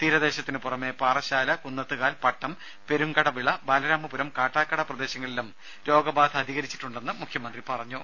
തീരദേശത്തിന് പുറമെ പാറശ്ശാല കുന്നത്തുകാൽ പട്ടം പെരുംകടവിള ബാലരാമപുരം കാട്ടാക്കട പ്രദേശങ്ങളിലും രോഗബാധ അധികരിച്ചിട്ടുണ്ടെന്നും മുഖ്യമന്ത്രി പറഞ്ഞു